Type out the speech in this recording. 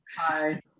Hi